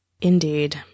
Indeed